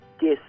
guess